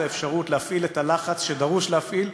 האפשרות להפעיל את הלחץ שדרוש להפעיל.